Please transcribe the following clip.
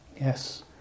Yes